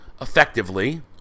effectively